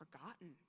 forgotten